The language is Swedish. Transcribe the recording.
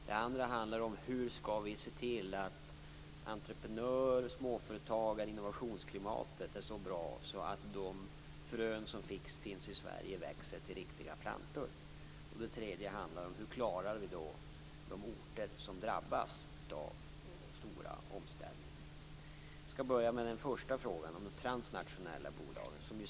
Det handlar för det andra om hur vi skall se till att entreprenörer, småföretagare och innovationsklimat är så bra att de frön som finns i Sverige växer till riktiga plantor. Det handlar för det tredje om hur vi klarar de orter som drabbas av stora omställningar. Jag skall börja med den första frågan, om de transnationella bolagen.